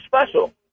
special